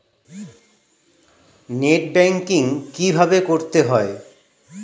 Net banking কীভাবে করতে হয়?